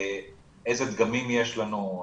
איזה דגמים יש לנו,